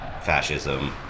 fascism